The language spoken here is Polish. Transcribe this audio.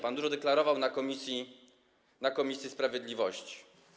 Pan dużo deklarował na posiedzeniu komisji sprawiedliwości.